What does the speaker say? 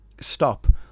stop